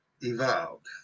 evolved